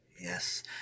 yes